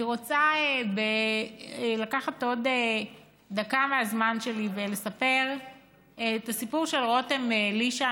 אני רוצה לקחת עוד דקה מהזמן שלי ולספר את הסיפור של רותם אלישע.